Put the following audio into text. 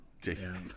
Jason